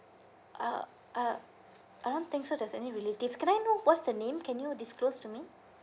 uh uh I don't think so there's any relatives can I know what's the name can you disclose to me